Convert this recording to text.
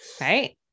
right